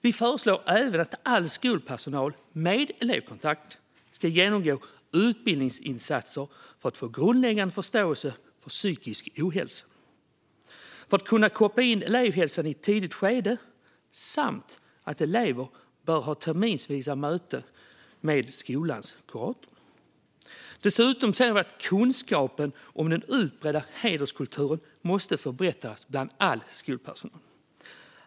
Vi föreslår även att all skolpersonal med elevkontakt ska genomgå utbildningsinsatser för att få grundläggande förståelse för psykisk ohälsa för att kunna koppla in elevhälsan i ett tidigt skede samt att elever bör ha terminsvisa möten med skolans kurator. Dessutom ser vi att kunskapen om den utbredda hederskulturen måste förbättras bland all skolpersonal.